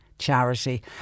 charity